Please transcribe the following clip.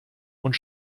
und